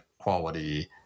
quality